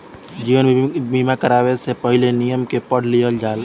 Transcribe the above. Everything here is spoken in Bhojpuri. जीवन बीमा करावे से पहिले, नियम के पढ़ लिख लिह लोग